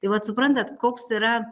tai vat suprantat koks yra